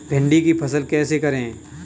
भिंडी की फसल कैसे करें?